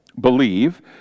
believe